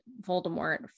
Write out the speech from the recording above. Voldemort